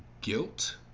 guilt